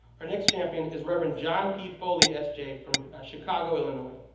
our next champion is reverend john p. foley, s j, from chicago, illinois.